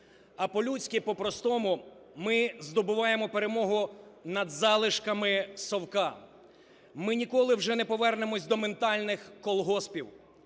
А по-людськи, по-простому, ми здобуваємо перемогу над залишками "совка". Ми ніколи вже не повернемося до ментальних колгоспів,